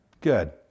Good